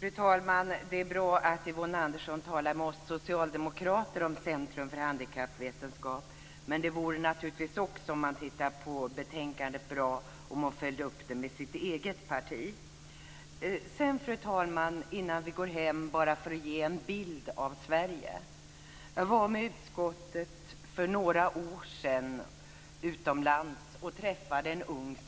Fru talman! Det är bra att Yvonne Andersson talar med oss socialdemokrater om Centrum för handikappvetenskap. Men det vore naturligtvis också - om man tittar på betänkandet - bra om hon följde upp det med sitt eget parti. Fru talman! Innan vi går hem vill jag bara säga en sak för att ge en bild av Sverige. Jag var utomlands med utskottet för några år sedan och träffade en